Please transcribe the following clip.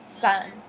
son